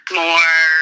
more